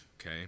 okay